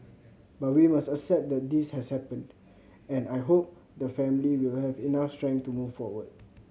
but we must accept that this has happened and I hope the family will have enough strength to move forward